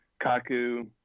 Kaku